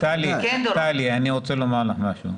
טלי, אני רוצה לומר לך משהו.